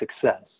success